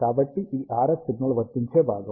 కాబట్టి ఇది RF signal వర్తించే భాగం